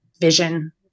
vision